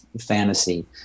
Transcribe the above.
fantasy